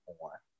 more